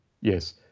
Yes